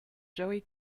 joe